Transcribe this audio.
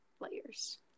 layers